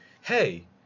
hey